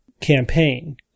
campaign